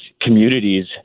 communities